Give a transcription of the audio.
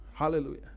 Hallelujah